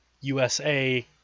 USA